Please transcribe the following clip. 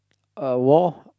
uh war